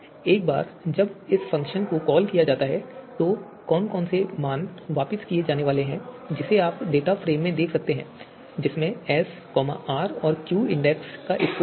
एक बार जब इस फ़ंक्शन को कॉल किया जाता है तो कौन से मान वापस किए जाने वाले हैं जिसे आप डेटा फ़्रेम में देख सकते हैं जिसमें S R और Q इंडेक्स का स्कोर होता है